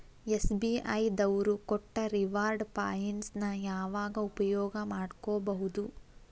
SBI ದವ್ರು ಕೊಟ್ಟ reward points ನ ಯಾವಾಗ ಉಪಯೋಗ ಮಾಡ್ಕೋಬಹುದು?